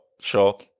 sure